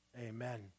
Amen